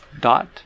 dot